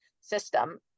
system